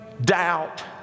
doubt